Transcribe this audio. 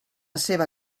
seva